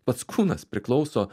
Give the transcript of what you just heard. pats kūnas priklauso